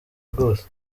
rwose